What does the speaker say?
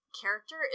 character